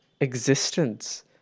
existence